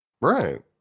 Right